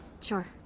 Sure